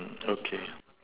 okay